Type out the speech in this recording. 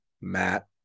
Matt